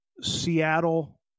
seattle